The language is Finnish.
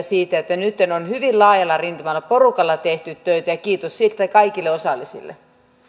siitä että nytten on hyvin laajalla rintamalla porukalla tehty töitä ja kiitos siitä kaikille osallisille